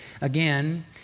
again